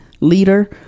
leader